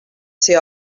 ser